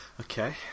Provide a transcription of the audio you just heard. Okay